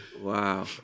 Wow